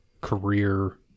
Career